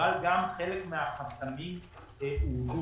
אבל גם חלק מהחסמים הורדו,